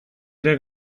ere